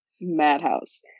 madhouse